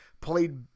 played